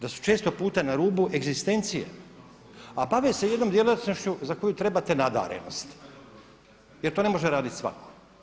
Da su često puta na rubu egzistencije a bave se jednom djelatnošću za koju trebate nadarenost jer to ne može raditi svako.